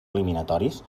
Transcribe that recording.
eliminatoris